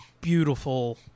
Beautiful